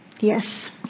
yes